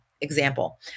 example